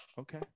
Okay